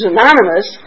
Anonymous